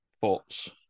Thoughts